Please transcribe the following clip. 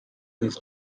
his